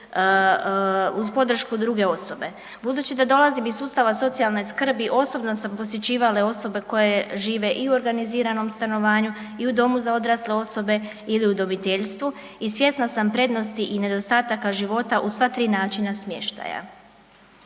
uz podršku druge osobe. Budući da dolazim iz sustava socijalne skrbi osobno sam posjećivala i osobe koje žive i u organiziranom stanovanju i u domu za odrasle osobe ili u udomiteljstvu i svjesna sam prednosti i nedostataka života u sva tri načina smještaja.